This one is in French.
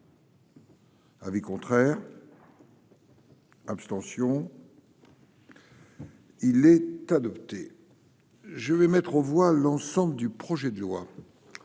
Avis contraire. Abstention : il est adopté. Je vais mettre aux voix l'ensemble du projet de loi,